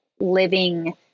living